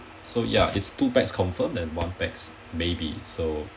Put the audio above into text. so ya it's two pax confirmed and one pax maybe so